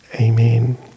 amen